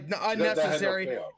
unnecessary